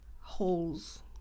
holes